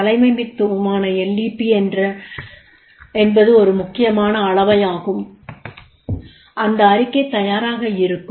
தலைமைத்துவமான LEP என்பது ஒரு முக்கியமான அளவை ஆகும்